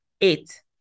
Eight